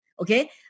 Okay